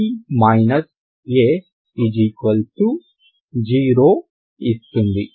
1 cos 0 ఇస్తుంది